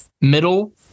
middle